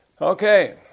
Okay